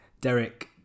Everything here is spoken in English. Derek